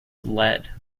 lead